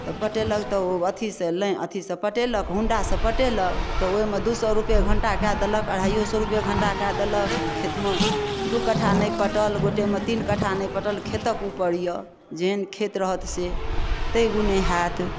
तऽ पटेलक तऽ ओ अथीसँ अथीसँ पटेलक होंडासँ पटेलक तऽ ओइमे दू सए रूपैये घण्टा कए देलक अढ़ाइयो सए रूपैये घण्टा कए देलक खेतमे दू कट्ठा नहि पटल गोटेमे तीन कट्ठा नहि पटल खेतक उपर यऽ जेहन खेत रहत से तै गुणे होयत